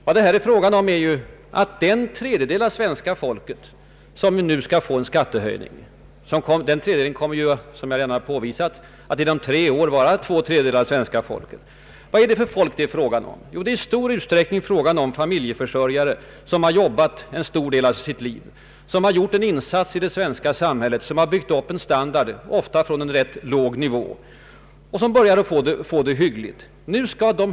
Vad det ytterst gäller är ju att den tredjedel av svenska folket som nu skall vidkännas en skattehöjning — som jag redan har påvisat — inom tre år kommer att vara två tredjedelar av svenska folket. Och vad är det för folk det är fråga om? Jo, det är i stor utsträckning familjeförsörjare som har arbetat hårt en stor del av sitt verksamma liv, som har gjort insatser i det svenska samhället och byggt upp en standard i regel från en rätt låg inkomstnivå och som börjar få det hyggligt ställt.